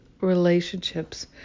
relationships